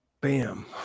Bam